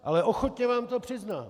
Ale ochotně vám to přiznám.